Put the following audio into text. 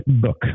book